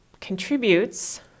contributes